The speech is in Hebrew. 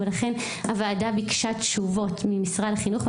ולכן הוועדה ביקשה תשובות ממשרד החינוך,